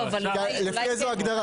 לפי איזו הגדרה?